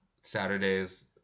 Saturdays